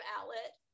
outlet